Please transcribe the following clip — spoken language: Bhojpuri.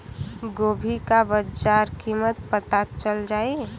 गोभी का बाजार कीमत पता चल जाई?